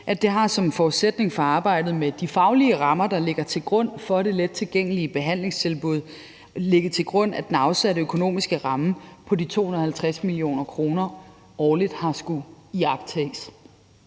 at det som en forudsætning for arbejdet med de faglige rammer, der ligger til grund for det lettilgængelige behandlingstilbud, har ligget til grund, at den afsatte økonomiske ramme på de 250 mio. kr. årligt har skullet iagttages.